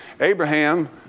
Abraham